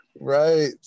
Right